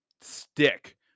stick